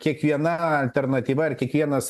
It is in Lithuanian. kiekviena alternatyva ar kiekvienas